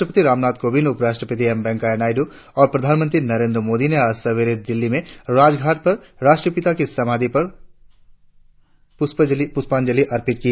राष्ट्रपति रामनाथ कोविंद उपराष्ट्रपति एम वेंकैया नायडू और प्रधानमंत्री नरेंद्र मोदी ने आज सवेरे दिल्ली में राजघाट पर राष्ट्रपिता की समाधि पर प्रष्पाजंलि अर्पित की